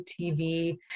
TV